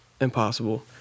impossible